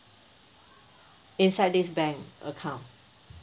inside this bank account